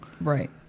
right